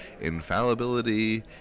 Infallibility